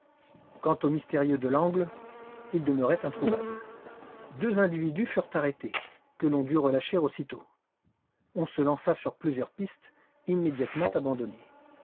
quant au mystérieux delangle il demeurait introuvable deux individus furent arrêtés que l'on dut relâcher aussitôt on se lança sur plusieurs pistes immédiatement abandonnées